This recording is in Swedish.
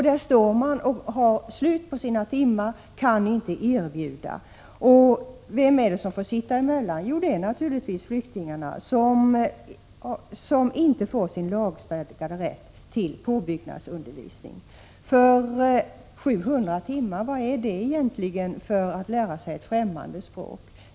Där står man och har slut på sina timmar och kan inte erbjuda någon undervisning. Vem är det som får sitta emellan? Jo, det är naturligtvis flyktingarna, som inte får sin lagstadgade rätt till påbyggnadsundervisning. 700 timmar, vad är egentligen det för att lära sig ett fftämmande språk?